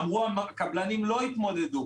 אמרו: הקבלנים לא יתמודדו.